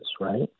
right